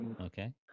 Okay